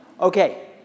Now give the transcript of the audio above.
Okay